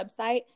website